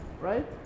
Right